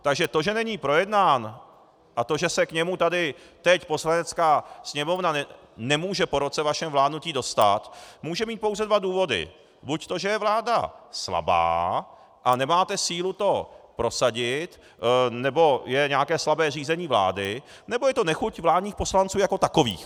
Takže to, že není projednán a že se k němu tady teď Poslanecká sněmovna nemůže po roce vašeho vládnutí dostat, může mít pouze dva důvody: buď to, že je vláda slabá a nemáte sílu to prosadit, nebo je nějaké slabé řízení vlády, nebo je to nechuť vládních poslanců jako takových.